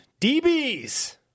DBs